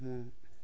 ଆମ